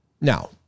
Now